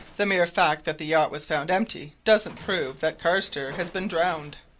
the mere fact that the yacht was found empty doesn't prove that carstairs has been drowned!